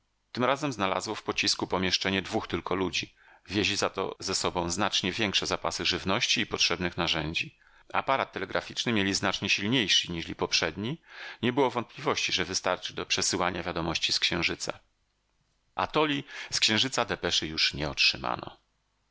tym razem znalazło w pocisku pomieszczenie dwóch tylko ludzi wieźli za to ze sobą znacznie większe zapasy żywności i potrzebnych narzędzi aparat telegraficzny mieli znacznie silniejszy niźli poprzedni nie było wątpliwości że wystarczy do przesyłania wiadomości z księżyca atoli z księżyca depeszy już nie otrzymano